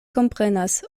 komprenas